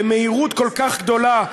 במהירות כל כך גדולה,